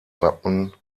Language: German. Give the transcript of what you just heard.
wappen